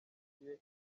bagiye